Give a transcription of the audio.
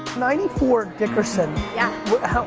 ninety four dickerson. ya.